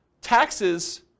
taxes